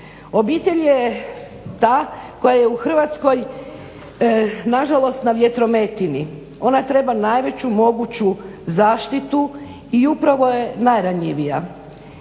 Obitelj je ta koja je u Hrvatskoj nažalost na vjetrometini, ona treba najveću moguću zaštitu i upravo je najranjivija.